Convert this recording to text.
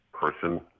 person